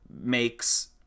makes